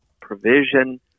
provision